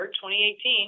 2018